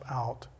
out